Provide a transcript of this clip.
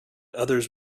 others